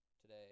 today